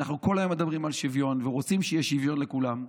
כל היום אנחנו מדברים על שוויון ורוצים שיהיה שוויון לכולם,